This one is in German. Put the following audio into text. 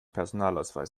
personalausweis